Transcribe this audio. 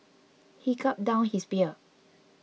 he gulped down his beer